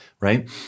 right